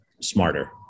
smarter